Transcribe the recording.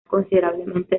considerablemente